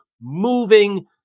moving